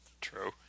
True